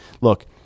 look